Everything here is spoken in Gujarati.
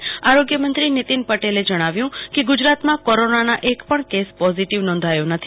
દરમિયાન આરોગ્ય મંત્રી નીતીન પટેલે જણાવ્યુ કે ગુજરાતમાં કોરોનાનો એકપણ કેસ પોઝીટીવ નોધોયો નથી